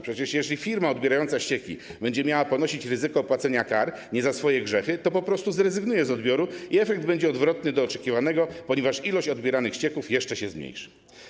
Przecież jeżeli firma odbierająca ścieki będzie miała ponosić ryzyko płacenia kar nie za swoje grzechy, to po prostu zrezygnuje z odbioru i efekt będzie odwrotny do oczekiwanego, ponieważ ilość odbieranych ścieków jeszcze się zmniejszy.